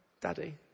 daddy